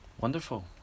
Wonderful